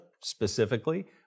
specifically